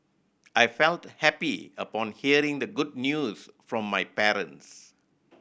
I felt happy upon hearing the good news from my parents